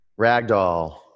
Ragdoll